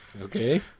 Okay